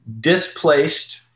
displaced